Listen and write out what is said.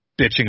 bitching